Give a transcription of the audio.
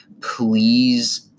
Please